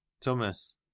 thomas